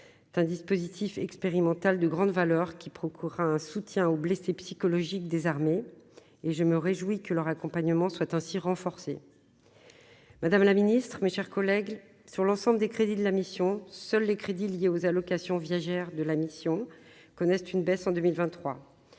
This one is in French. c'est un dispositif expérimental de grande valeur qui procure un soutien aux blessés psychologique désarmé et je me réjouis que leur accompagnement souhaite ainsi renforcer Madame la Ministre, mes chers collègues, sur l'ensemble des crédits de la mission, seuls les crédits liés aux allocations viagères de la mission connaissent une baisse en 2023,